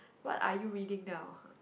what are you reading now